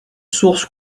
source